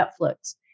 Netflix